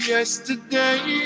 Yesterday